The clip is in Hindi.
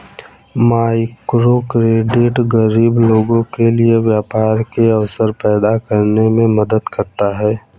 माइक्रोक्रेडिट गरीब लोगों के लिए व्यापार के अवसर पैदा करने में मदद करता है